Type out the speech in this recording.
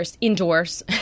indoors